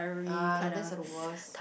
ah no that's are the worse